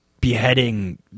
beheading